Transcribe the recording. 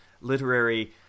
literary